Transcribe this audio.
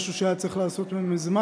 משהו שהיה צריך לעשות מזמן,